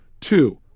Two